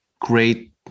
great